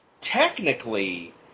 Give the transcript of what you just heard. technically